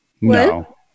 No